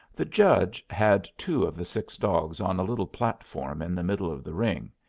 the judge had two of the six dogs on a little platform in the middle of the ring,